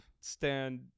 stand